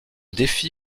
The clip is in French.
défi